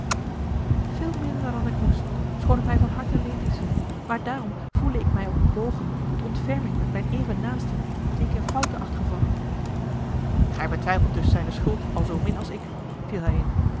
veel minder dan ik moest schoon t mij van harten leed is maar daarom voele ik mij ook bewogen tot ontferming met mijn evennaasten dien ik in faute acht gevallen gij betwijfelt dus zijne schuld al zoo min als ik viel hij in